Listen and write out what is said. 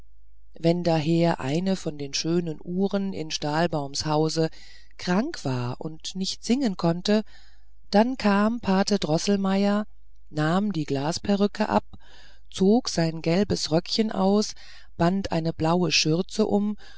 wenn daher eine von den schönen uhren in stahlbaums hause krank war und nicht singen konnte dann kam pate droßelmeier nahm die glasperücke ab zog sein gelbes röckchen aus band eine blaue schürze um